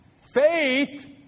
faith